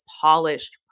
polished